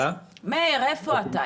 מאיר, איפה אתה?